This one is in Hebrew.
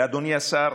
ואדוני השר,